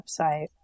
website